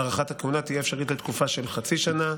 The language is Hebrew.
הארכת הכהונה תהיה אפשרית לתקופה של חצי שנה.